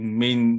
main